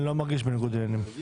אני לא מרגיש בניגוד עניינים.